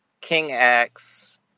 king-x